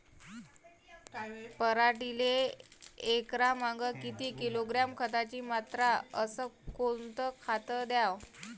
पराटीले एकरामागं किती किलोग्रॅम खताची मात्रा अस कोतं खात द्याव?